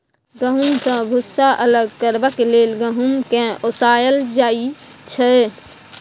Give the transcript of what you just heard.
गहुँम सँ भुस्सा अलग करबाक लेल गहुँम केँ ओसाएल जाइ छै